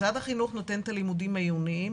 משרד החינוך נותן את הלימודים העיוניים